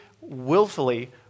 willfully